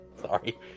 Sorry